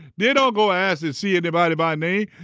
they don't go ask and see anybody by name.